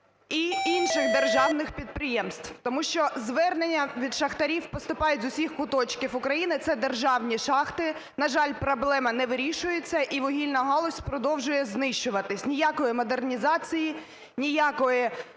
і інших державних підприємств? Тому що звернення від шахтарів поступають з усіх куточків України – це державні шахти. На жаль, проблема не вирішується і вугільна галузь продовжує знищуватись. Ніякої модернізації, ніякої